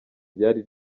ryari